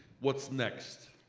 what's next,